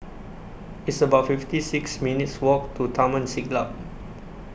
It's about fifty six minutes' Walk to Taman Siglap